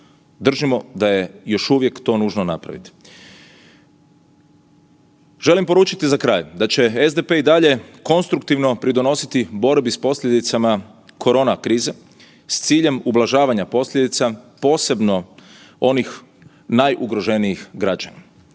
Držimo da je još uvijek to nužno napraviti. Želim poručiti za kraj da će SDP i dalje konstruktivno pridonositi borbi s posljedicama korona krize s ciljem ublažavanja posljedica posebno onih najugroženijih građana.